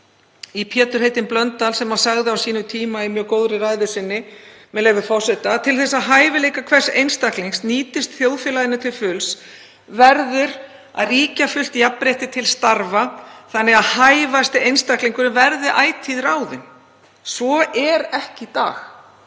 í Pétur heitinn Blöndal sem sagði á sínum tíma í mjög góðri ræðu sinni, með leyfi forseta: „Til þess að hæfileikar hvers einstaklings nýtist þjóðfélaginu til fulls verður að ríkja fullt jafnrétti til starfa þannig að hæfasti einstaklingurinn verði ætíð ráðinn. Svo er ekki í dag.